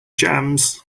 jams